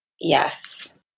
Yes